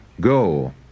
Go